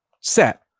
set